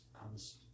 comes